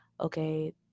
okay